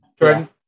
Jordan